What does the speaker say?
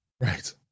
Right